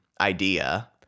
idea